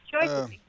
choices